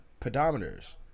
pedometers